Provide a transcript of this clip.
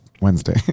Wednesday